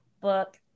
book